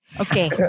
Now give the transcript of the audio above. Okay